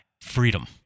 freedom